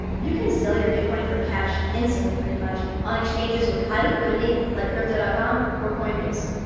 you can sell your bitcoin for cash instantly pretty much on exchanges with high liquidity like crypto dot com or coinbase.